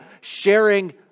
sharing